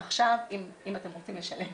מעכשיו, אם אתם רוצים לשלם